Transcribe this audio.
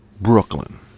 Brooklyn